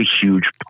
huge